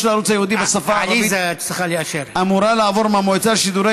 של הערוץ הייעודי בשפה הערבית אמורה לעבור מהמועצה לשידורי